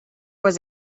was